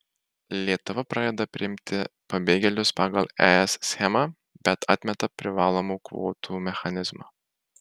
lietuva pradeda priimti pabėgėlius pagal es schemą bet atmeta privalomų kvotų mechanizmą